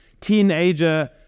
teenager